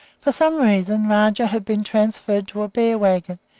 for some reason rajah had been transferred to a bear-wagon,